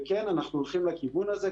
וכן אנחנו הולכים לכיוון הזה,